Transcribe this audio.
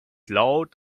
laut